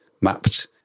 mapped